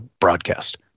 broadcast